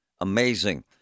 amazing